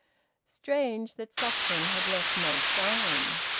strange, that suffering had left no sign!